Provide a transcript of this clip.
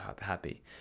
happy